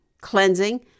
cleansing